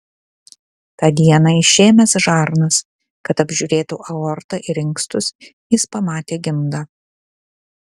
tą dieną išėmęs žarnas kad apžiūrėtų aortą ir inkstus jis pamatė gimdą